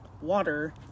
water